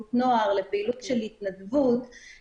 אני אזכיר בהזדמנות זו את השיטור העירוני,